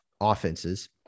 offenses